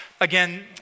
Again